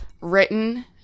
written